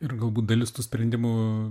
ir galbūt dalis tų sprendimų